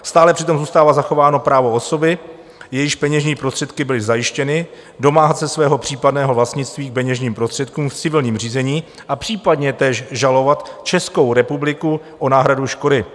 Stále přitom zůstává zachováno právo osoby, jejíž peněžní prostředky byly zajištěny, domáhat se svého případného vlastnictví k peněžním prostředkům v civilním řízení a případně též žalovat Českou republiku o náhradu škody.